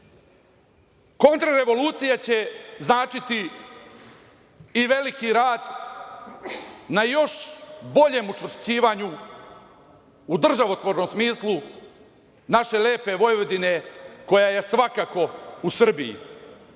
oni. Kontrarevolucija će značiti i veliki rad na još boljem učvršćivanju u državotvornom smislu naše lepe Vojvodine, koja je svakako u Srbiji.